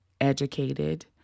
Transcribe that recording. educated